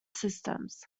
systems